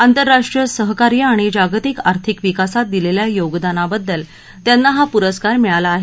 आंतरराष्ट्रीय सहकार्य आणि जागतिक आर्थिक विकासात दिलेल्या योगदानाबद्दल त्यांना हा पुरस्कार मिळाला आहे